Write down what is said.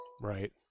Right